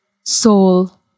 soul